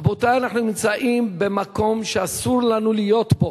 רבותי, אנחנו נמצאים במקום שאסור לנו להיות בו.